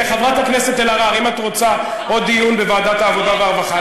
אם המציעים רוצים עוד דיון בוועדת העבודה והרווחה,